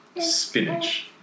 Spinach